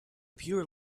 pure